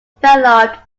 developed